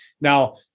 Now